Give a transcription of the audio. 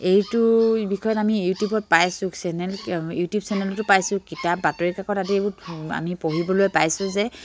এইটোৰ বিষয়ে আমি ইউটিউবত পাইছোঁ চেনেল ইউটিউব চেনেলতো পাইছোঁ কিতাপ বাতৰিকাকত আদি আমি পঢ়িবলৈ পাইছোঁ যে